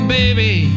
baby